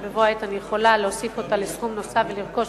שבבוא העת אני יכולה להוסיף אותה לסכום נוסף ולרכוש